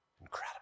Incredible